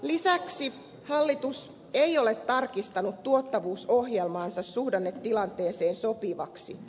lisäksi hallitus ei ole tarkistanut tuottavuusohjelmaansa suhdannetilanteeseen sopivaksi